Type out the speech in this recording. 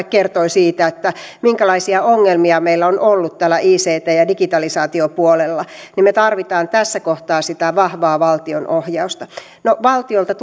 kertoi siitä minkälaisia ongelmia meillä on ollut täällä ict ja digitalisaatiopuolella me tarvitsemme tässä kohtaa sitä vahvaa valtion ohjausta no valtiolta